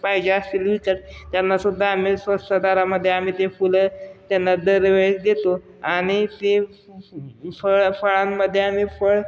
पाहिजे असेल तर त्यांनासुद्धा आम्ही स्वस्तदरामध्ये आम्ही ते फुलं त्यांना दरवेळी देतो आणि ते फळ फळांमध्ये आम्ही फळ